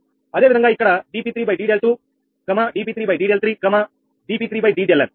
అదే విధంగా ఇక్కడ dP3𝑑𝛿2dP3𝑑𝛿3dP3𝑑𝛿n